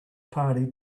party